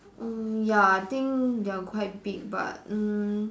mm ya I think they are quite big but mm